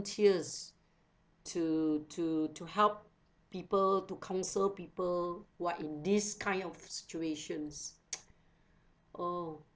to to to help people to counsel people who are in these kind of situations oh